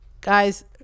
guys